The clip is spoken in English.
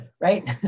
right